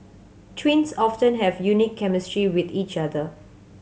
twins often have a unique chemistry with each other